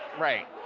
right,